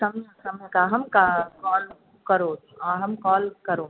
सम्यगमहं का काल् करोतु अहं काल् करोमि